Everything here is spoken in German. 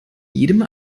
jedem